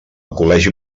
col·legi